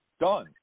done